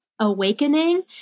awakening